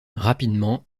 rapidement